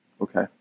Okay